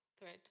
thread